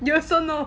you also know